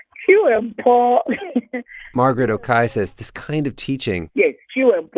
chew and pour margaret okai says this kind of teaching. yes, chew and